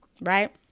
Right